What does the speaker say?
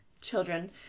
Children